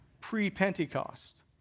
pre-Pentecost